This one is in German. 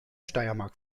steiermark